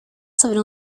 sobre